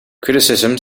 criticism